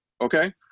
Okay